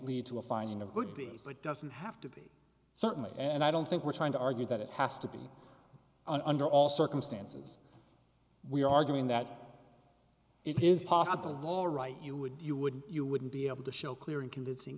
lead to a finding of good b s but doesn't have to be certainly and i don't think we're trying to argue that it has to be under all circumstances we're arguing that it is possible all right you would you wouldn't you wouldn't be able to show clear and convincing